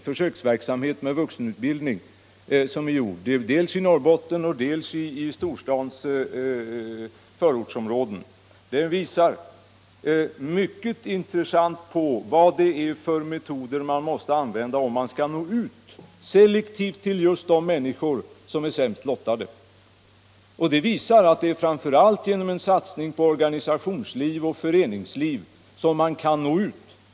Försöksverksamheten med vuxenutbildning — FÖVUX — som har bedrivits dels i Norrbotten, dels i storstadens förortsområden, ger en intressant belysning av vilka metoder man måste använda om man skall nå ut selektivt till just de människor som är sämst lottade. Den verksamheten visar att det framför allt är genom en satsning på organisationsoch föreningslivet som man kan nå dessa människor.